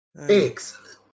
Excellent